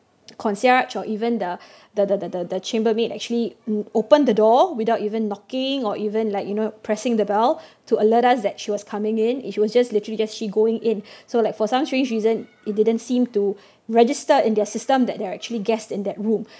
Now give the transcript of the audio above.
concierge or even the the the the the the chambermaid actually opened the door without even locking or even like you know pressing the bell to alert us that she was coming in it was just literally just she going in so like for some strange reason it didn't seem to register in their system that they're actually guests in that room